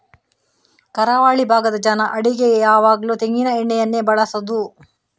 ಕರಾವಳಿ ಭಾಗದ ಜನ ಅಡಿಗೆಗೆ ಯಾವಾಗ್ಲೂ ತೆಂಗಿನ ಎಣ್ಣೆಯನ್ನೇ ಬಳಸುದು